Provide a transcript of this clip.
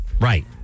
Right